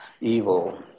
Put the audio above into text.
evil